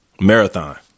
Marathon